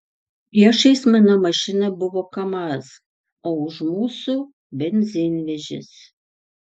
priešais mano mašiną buvo kamaz o už mūsų benzinvežis